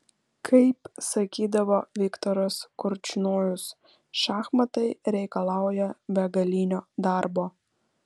kaip sakydavo viktoras korčnojus šachmatai reikalauja begalinio darbo